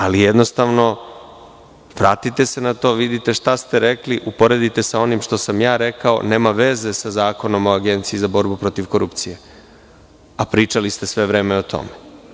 Ali, jednostavno, vratite se na to, vidite šta ste rekli, uporedite sa onim što sam ja rekao, to nema veze sa Zakonom o Agenciji za borbu protiv korupcije, a sve vreme ste pričali o tome.